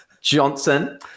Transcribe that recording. Johnson